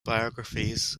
biographies